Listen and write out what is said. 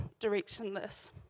directionless